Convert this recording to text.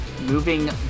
moving